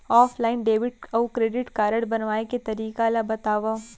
Offline debit अऊ credit card बनवाए के तरीका ल बतावव?